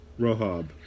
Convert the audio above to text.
Rohab